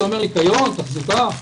זה אומר ניקיון, תחזוקה.